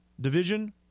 division